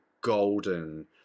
golden